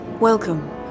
Welcome